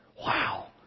Wow